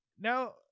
now –